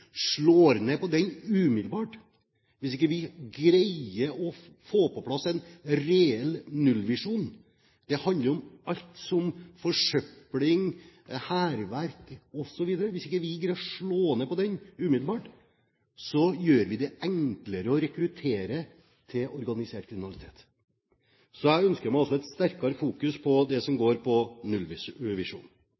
den hverdagskriminaliteten som man ser hver eneste dag, umiddelbart, hvis vi ikke greier å få på plass en reell nullvisjon, det handler om forsøpling, hærverk osv., gjør vi det enklere å rekruttere til organisert kriminalitet. Så jeg ønsker meg også et sterkere fokus på det som